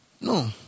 No